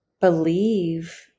believe